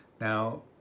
now